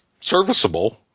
serviceable